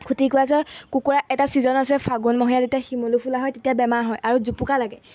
খুটি খোৱা যে কুকুৰাৰ এটা ছিজন আছে ফাগুণমহীয়া যেতিয়া শিমলু ফুলা হয় তেতিয়া বেমাৰ হয় আৰু জুপুকা লাগে